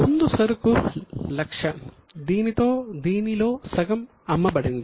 ముందు సరుకు 100000 దీనిలో సగం అమ్మబడింది